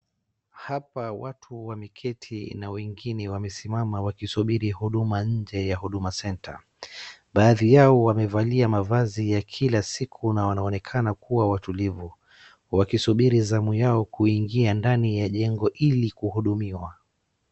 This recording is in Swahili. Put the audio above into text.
Hapa watu wameketi na wengine wamesimama wakisubiri huduma nje ya huduma center , baadhi yao wamevalia mavazi ya kila siku na wanaokena kuwa watulivu, wakisubiri zamu yao kuingia ndani ya jengo ili kuhudumiwa.